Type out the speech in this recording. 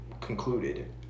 concluded